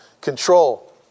control